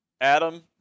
Adam